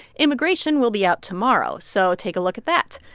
immigration will be out tomorrow. so take a look at that.